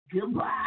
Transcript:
goodbye